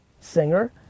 Singer